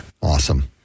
Awesome